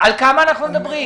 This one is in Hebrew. על כמה אנחנו מדברים?